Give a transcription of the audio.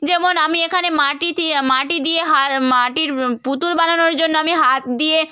যেমন আমি এখানে মাটি তি মাটি দিয়ে হা মাটির পুতুল বানানোর জন্য আমি হাত দিয়ে